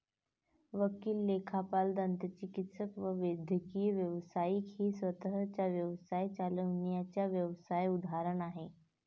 वकील, लेखापाल, दंतचिकित्सक व वैद्यकीय व्यावसायिक ही स्वतः चा व्यवसाय चालविणाऱ्या व्यावसाय उदाहरण आहे